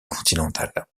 continentale